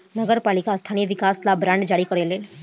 नगर पालिका स्थानीय विकास ला बांड जारी करेले